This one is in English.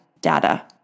data